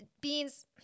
Beans